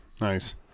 nice